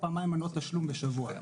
מנות תשלום בשבוע.